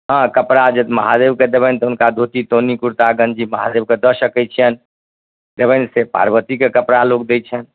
हँ कपड़ा जे महादेवके देबनि तऽ हुनका धोती तौनी कुरता गन्जी महादेवके दऽ सकै छिअनि देबनि से पार्वतीके कपड़ा लोक दै छनि